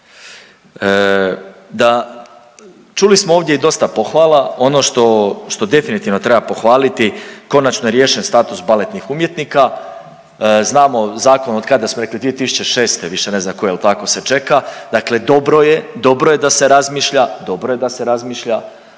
čuli smo ovdje i dosta pohvala, ono što definitivno treba pohvaliti konačno je riješen status baletnih umjetnika. Znamo zakon od kada smo rekli 2006., više ne znam koja, jel tako se čeka, dakle dobro je, dobro je da se razmišlja, dobro je da se razmišlja,